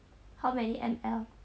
how many M_L